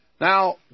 Now